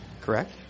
Correct